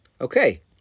okay